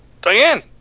Diane